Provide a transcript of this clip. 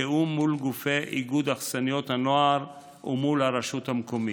ותיאום מול גופי איגוד אכסניות הנוער ומול הרשות המקומית.